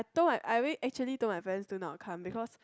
I told my I really actually told my parents do not come because